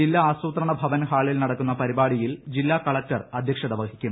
ജില്ലാ ആസൂത്രണ ഭവൻ ഹാളിൽ നടക്കുന്ന പരിപാടിയിൽ ജില്ലാ കളക്ടർ അധ്യക്ഷത വഹിക്കും